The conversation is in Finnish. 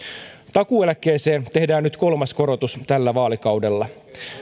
takuueläkkeeseen tehdään nyt kolmas korotus tällä vaalikaudella